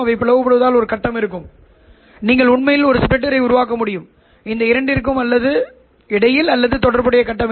பாதுகாப்பாக இருக்கலாம் என்பது ஒரு வலுவான வார்த்தையாகும் ஆனால் இப்போதைக்கு நாம் இதை அகற்றலாம் θLO சரி